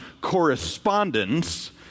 correspondence